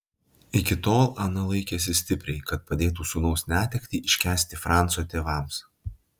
iki tol ana laikėsi stipriai kad padėtų sūnaus netektį iškęsti franco tėvams